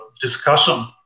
discussion